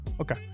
Okay